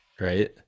right